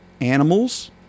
animals